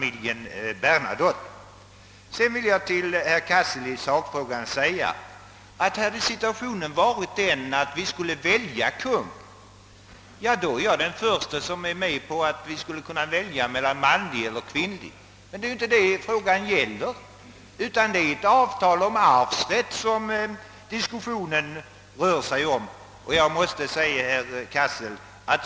I sakfrågan vill jag säga till herr Cassel att om situationen hade varit den att vi skulle välja regent är jag den förste som är med på att vi skulle kunna välja antingen en manlig eller kvinnlig, men det är inte den frågan som är aktuell här, utan diskussionen rör sig om ett avtal om arvsrätt.